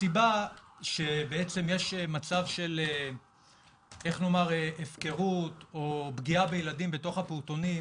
הסיבה שיש מצב של הפקרות או פגיעה בילדים בתוך הפעוטונים,